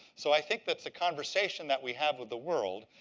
so i think that's a conversation that we have with the world,